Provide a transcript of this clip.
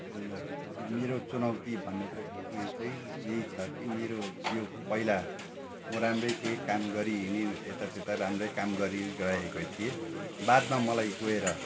ल यो मेरो चुनौती भन्नुको उयो चाहिँ यही छ कि मेरो यो पहिला म राम्रै थिएँ काम गरिहिँडी यता त्यता राम्रै काम गरिरहेकै थिएँ बादमा मलाई गएर